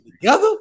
together